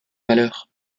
malheur